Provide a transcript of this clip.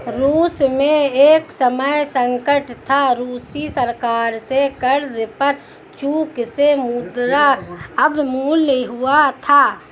रूस में एक समय संकट था, रूसी सरकार से कर्ज पर चूक से मुद्रा अवमूल्यन हुआ था